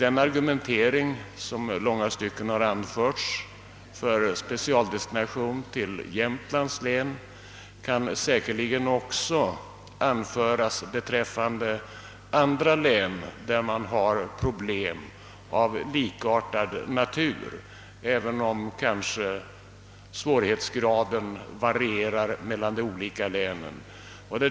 Den argumentering, som i långa stycken har anförts för en specialdestination till Jämtlands län, kan säkerligen anföras beträffande andra län, där det finns problem av likartad natur, även om svårighetsgraden varierar för de olika länen.